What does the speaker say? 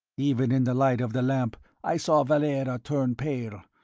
even in the light of the lamp i saw valera turn pale,